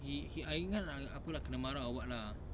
he he I ingat ah apa lah kena marah or what lah